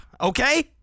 okay